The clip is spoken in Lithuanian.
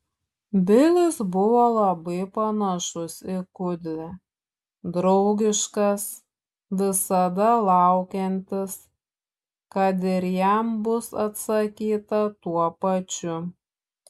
bilis buvo labai panašus į kudlę draugiškas visada laukiantis kad ir jam bus atsakyta tuo pačiu